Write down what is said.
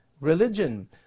religion